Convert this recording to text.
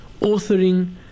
authoring